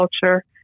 culture